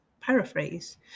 paraphrase